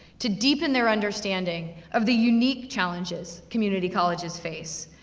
to deepen their understanding of the unique challenges community colleges face.